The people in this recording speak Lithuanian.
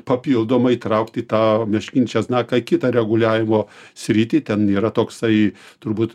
papildomai įtraukti tą meškinį česnaką į kitą reguliavimo sritį ten yra toksai turbūt